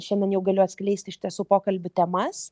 šiandien jau galiu atskleisti iš tiesų pokalbių temas